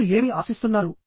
మీరు ఏమి ఆశిస్తున్నారు